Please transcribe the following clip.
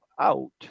out